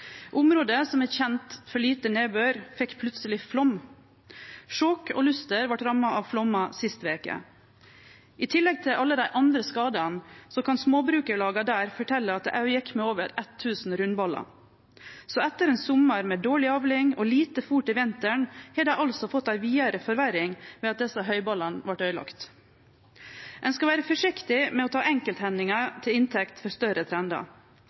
som er kjende for lite nedbør, fekk plutseleg flaum. Skjåk og Luster vart ramma av flaumar sist veke. I tillegg til alle dei andre skadane kan småbrukarlaga der fortelje at det gjekk med over 1 000 rundballar. Så etter ein sommar med dårleg avling og lite fôr til vinteren har dei fått ei vidare forverring ved at desse høyballane vart øydelagde. Ein skal vere forsiktig med å ta enkelthendingar til inntekt for større trendar,